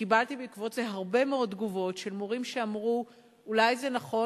קיבלתי בעקבות זה הרבה מאוד תגובות של מורים שאמרו שאולי זה נכון,